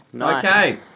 Okay